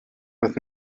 with